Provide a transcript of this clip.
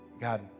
God